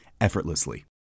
effortlessly